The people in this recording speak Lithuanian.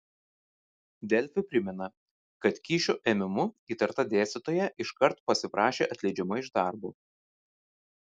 delfi primena kad kyšio ėmimu įtarta dėstytoja iškart pasiprašė atleidžiama iš darbo